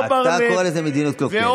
אתה קורא לזה מדיניות קלוקלת.